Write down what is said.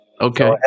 Okay